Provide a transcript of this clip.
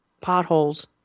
potholes